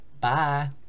Bye